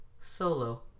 Solo